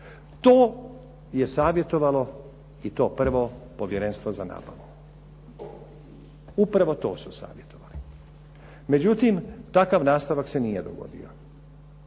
To je savjetovalo i to prvo povjerenstvo za nabavu. Upravo to su savjetovali. Međutim, takav nastavak se nije dogodio